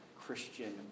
Christian